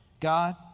God